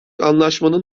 anlaşmanın